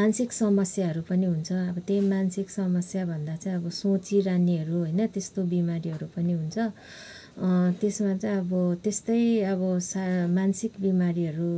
मानसिक समस्याहरू पनि हुन्छ अब त्यही मानसिक समस्या भन्दा चाहिँ अब सोचिरहनेहरू होइन त्यस्तो बिमारीहरू पनि हुन्छ त्यसमा चाहिँ अब त्यस्तै अब सा मानसिक बिमारीहरू